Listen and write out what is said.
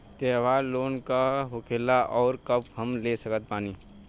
त्योहार लोन का होखेला आउर कब हम ले सकत बानी?